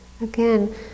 Again